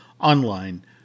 online